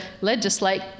legislate